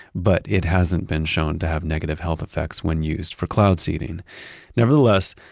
but it hasn't been shown to have negative health effects when used for cloud seeding nevertheless,